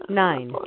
nine